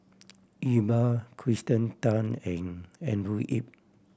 Iqbal Kirsten Tan and Andrew Yip